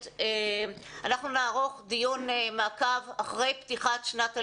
אנחנו נערוך דיון מעקב אחרי פתיחת שנת הלימודים,